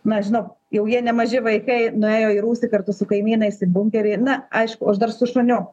na žinau jau jie nemaži vaikai nuėjo į rūsį kartu su kaimynais į bunkerį na aišku aš dar su šuniu